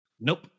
Nope